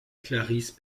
clarisse